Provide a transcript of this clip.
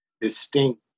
distinct